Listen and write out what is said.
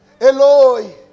Eloi